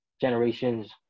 generations